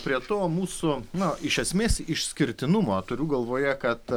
prie to mūsų na iš esmės išskirtinumo turiu galvoje kad